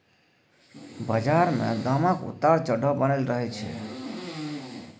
बजार मे दामक उतार चढ़ाव बनलै रहय छै